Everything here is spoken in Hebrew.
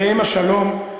עליהם השלום,